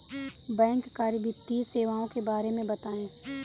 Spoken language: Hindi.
बैंककारी वित्तीय सेवाओं के बारे में बताएँ?